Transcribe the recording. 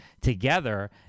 together